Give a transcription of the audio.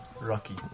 Rocky